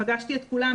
פגשתי את כולם,